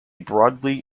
broadly